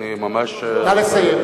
נא לסיים,